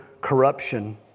corruption